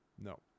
no